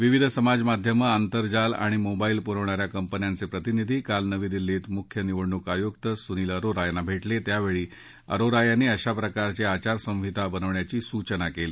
विविध समाजमाध्यमं आतंरजाल आणि मोबाईल पुरवणाऱ्या कंपन्यांचे प्रतिनिधी काल नवी दिल्लीत मुख्य निवडणूक आयुक्त सुनील अरोरा यांना भेटले त्यावेळी अरोरा यांनी अशा प्रकारची आचारसंहिता बनवण्याची सूचना केली